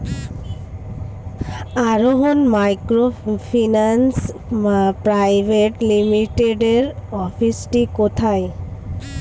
আরোহন microfinance private লিমিটেডের অফিসটি কোথায়?